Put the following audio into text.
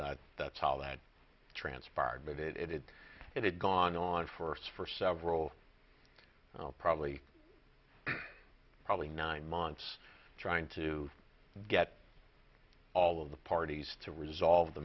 so that's all that transpired but it it it had gone on for us for several probably probably nine months trying to get all of the parties to resolve the